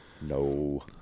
No